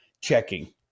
checking